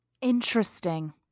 Interesting